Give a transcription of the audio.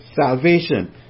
salvation